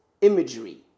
imagery